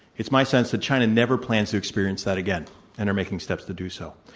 it's my sense that china never plans to experience that again and are making steps to do so.